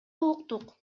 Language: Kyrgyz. уктук